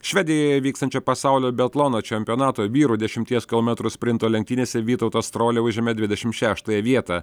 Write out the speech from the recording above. švedijoje vykstančio pasaulio biatlono čempionato vyrų dešimties kilometrų sprinto lenktynėse vytautas strolia užėmė dvidešimt šeštąją vietą